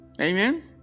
amen